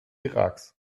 iraks